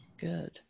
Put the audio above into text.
Good